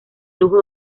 lujo